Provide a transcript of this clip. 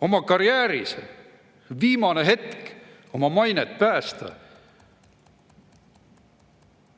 oma karjääris. Viimane hetk oma mainet päästa.